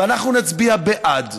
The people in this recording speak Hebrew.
ואנחנו נצביע בעד,